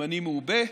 פחמימני מעובה,